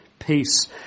Peace